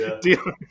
Deal